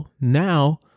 now